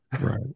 Right